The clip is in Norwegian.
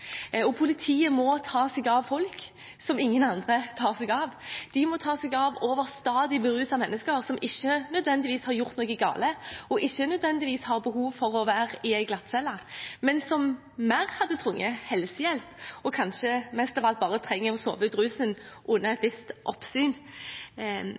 Politiet må ta seg av folk som ingen andre tar seg av. De må ta seg av overstadig berusede mennesker som ikke nødvendigvis har gjort noe galt, og som ikke nødvendigvis har behov for å være på en glattcelle, men som heller hadde trengt helsehjelp – eller kanskje mest av alt bare hadde trengt å sove ut rusen under